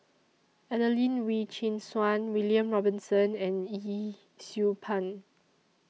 Adelene Wee Chin Suan William Robinson and Yee Siew Pun